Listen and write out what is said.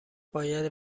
باید